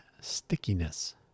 stickiness